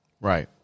right